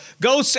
go